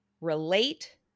relate